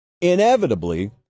Inevitably